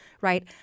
Right